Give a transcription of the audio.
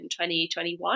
2021